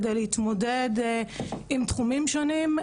כדי להתמודד עם תחומים שונים.